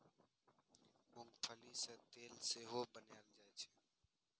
मूंंगफली सं तेल सेहो बनाएल जाइ छै